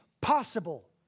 possible